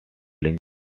linked